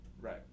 Right